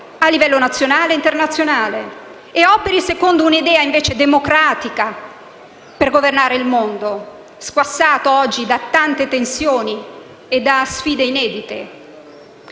a livello nazionale e internazionale, e operi secondo un'idea democratica per governare il mondo, squassato oggi da tante tensioni e sfide inedite.